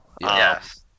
Yes